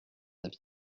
avis